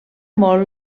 molt